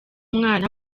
mwana